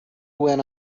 went